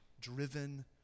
driven